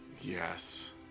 Yes